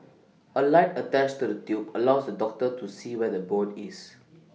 A light attached to the tube allows the doctor to see where the bone is